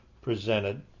presented